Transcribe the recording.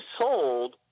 sold